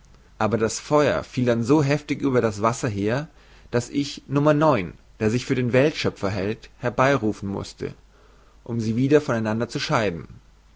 aber das feuer fiel dann so heftig über das wasser her daß ich no der sich für den weltschöpfer hält herbeirufen mußte um sie wieder von einander zu scheiden